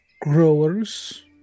growers